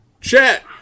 Chat